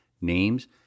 names